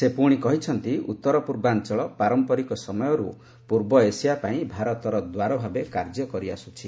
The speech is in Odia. ସେ ପୁଣି କହିଛନ୍ତି ଉଉର ପୂର୍ବାଞ୍ଚଳ ପାରମ୍ପରିକ ସମୟରୁ ପୂର୍ବ ଏସିଆ ପାଇଁ ଭାରତର ଦ୍ୱାର ଭାବେ କାର୍ଯ୍ୟ କରିଆସୁଛି